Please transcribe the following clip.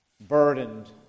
burdened